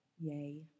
Yay